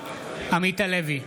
עמית הלוי,